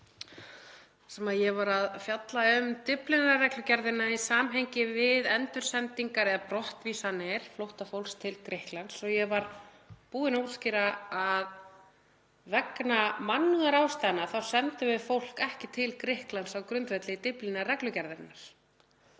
sem ég var að fjalla um Dyflinnarreglugerðina í samhengi við endursendingar eða brottvísanir flóttafólks til Grikklands. Ég var búin að útskýra að vegna mannúðarástæðna sendum við fólk ekki til Grikklands á grundvelli Dyflinnarreglugerðarinnar